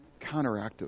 counteractive